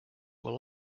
were